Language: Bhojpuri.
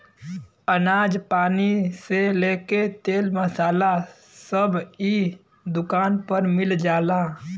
अनाज पानी से लेके तेल मसाला सब इ दुकान पर मिल जाला